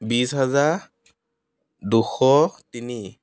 বিশ হাজাৰ দুশ তিনি